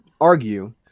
argue